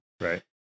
Right